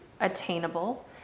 attainable